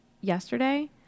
Yesterday